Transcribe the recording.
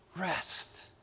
rest